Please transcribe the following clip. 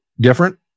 different